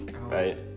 right